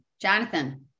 Jonathan